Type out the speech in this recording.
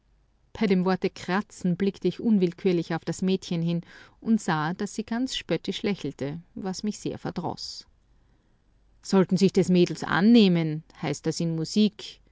bei dem worte kratzen blickte ich unwillkürlich auf das mädchen hin und sah daß sie ganz spöttisch lächelte was mich sehr verdroß sollten sich des mädels annehmen heißt das in musik